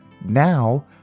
now